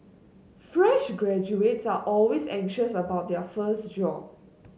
fresh graduates are always anxious about their first job